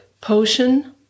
potion